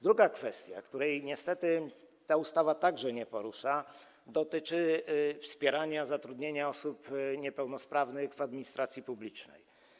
Druga kwestia, której niestety ta ustawa także nie porusza, dotyczy wspierania zatrudnienia osób niepełnosprawnych w administracji publicznej.